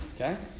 Okay